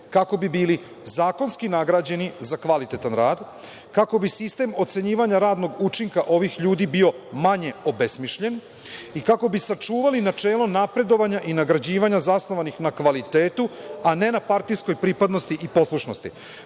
kako bi bili zakonski nagrađeni za kvalitetan rad, kako bi sistem ocenjivanja radnog učinka ovih ljudi bio manje obesmišljen i kako bi sačuvali načelo napredovanja i nagrađivanja zasnovanih na kvalitetu, a ne na partijskoj pripadnosti i poslušnosti. Želimo